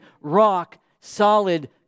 rock-solid